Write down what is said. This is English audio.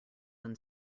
when